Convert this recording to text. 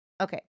Okay